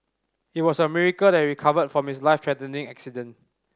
it was a miracle that he recovered from his life threatening accident